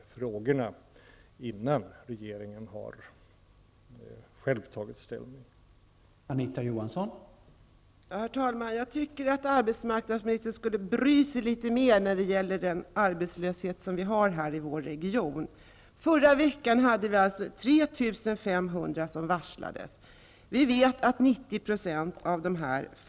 Avser arbetsmarknadsministern att föreslå att den angivna försöksverksamheten i Stockholms län får genomföras?